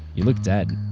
you look dead.